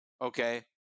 okay